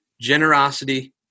Generosity